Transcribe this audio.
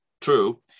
true